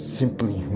simply